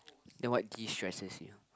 then what distresses you